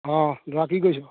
অ দাদা কি কৰিছ'